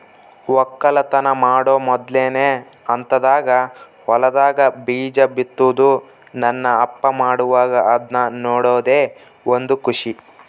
ವಕ್ಕಲತನ ಮಾಡೊ ಮೊದ್ಲನೇ ಹಂತದಾಗ ಹೊಲದಾಗ ಬೀಜ ಬಿತ್ತುದು ನನ್ನ ಅಪ್ಪ ಮಾಡುವಾಗ ಅದ್ನ ನೋಡದೇ ಒಂದು ಖುಷಿ